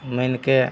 मानिके